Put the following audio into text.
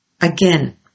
again